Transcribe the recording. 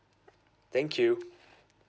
thank you